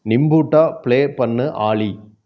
நிம்பூட்டா play பண்ணு ஆலி